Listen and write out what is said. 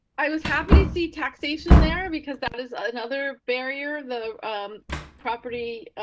i was happy to see taxation there because that is ah another barrier. the property,